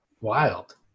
Wild